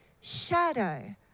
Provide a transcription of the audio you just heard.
shadow